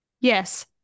Yes